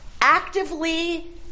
actively